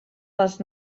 les